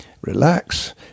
relax